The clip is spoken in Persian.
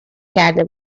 کرده